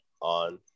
on